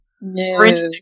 No